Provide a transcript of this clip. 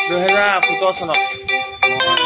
দুহেজাৰ সোতৰ চনত টেট পাছ কাৰি থৈছিলোঁ দুহেজাৰ